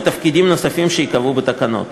ותפקידים נוספים שייקבעו בתקנות.